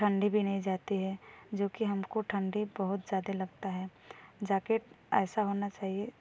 ठंडी भी नहीं जाती है जो कि हमको ठंडी बहुत ज़्यादे लगता है जाकेट ऐसा होना चाहिए